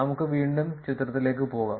നമുക്ക് വീണ്ടും ചിത്രത്തിലേക്ക് പോകാം